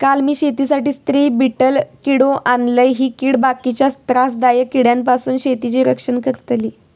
काल मी शेतीसाठी स्त्री बीटल किडो आणलय, ही कीड बाकीच्या त्रासदायक किड्यांपासून शेतीचा रक्षण करतली